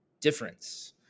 difference